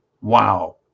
Wow